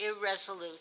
irresolute